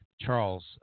Charles